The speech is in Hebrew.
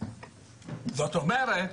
זאת אומרת,